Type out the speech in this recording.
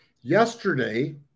yesterday